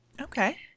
Okay